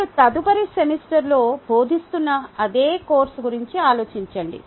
మీరు తదుపరి సెమిస్టర్లో బోధిస్తున్న అదే కోర్సు గురించి ఆలోచించండి